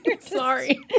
Sorry